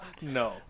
No